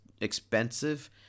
expensive